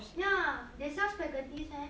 ya they sell spaghettis meh